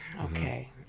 Okay